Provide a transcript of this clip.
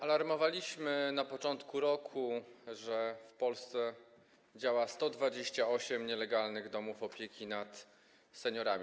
Alarmowaliśmy na początku roku, że w Polsce działa 128 nielegalnych domów opieki nad seniorami.